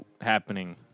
happening